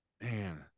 Man